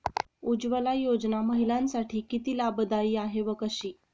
उज्ज्वला योजना महिलांसाठी किती लाभदायी आहे व कशी?